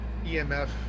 EMF